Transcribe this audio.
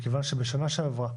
מכיוון שבשנה שעברה